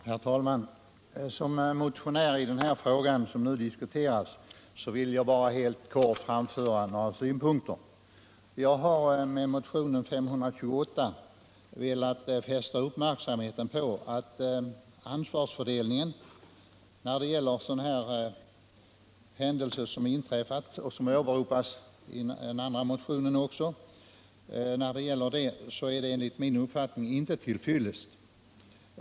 Herr talman! Som motionär i den fråga som nu diskuteras vill jag helt kort framföra några synpunkter. Jag har med motionen 528 velat fästa uppmärksamheten på att ansvarsfördelningen när det gäller en sådan händelse som inträffat och som åberopas även i den andra motionen enligt min uppfattning inte är tillfredsställande.